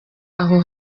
aho